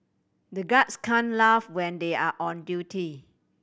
the guards can laugh when they are on duty